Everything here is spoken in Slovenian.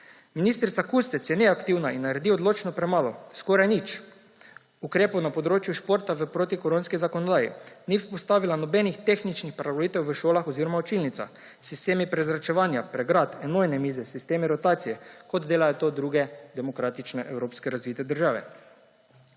Ministrica Kustec je neaktivna in naredi odločno premalo. Skoraj nič ukrepov na področju športa v protikoronski zakonodaji, vzpostavila ni nobenih tehničnih prilagoditev v šolah oziroma učilnicah, sistemi prezračevanja, pregrad, enojne mize, sistemi rotacije, kot delajo to druge demokratične evropske razvite države.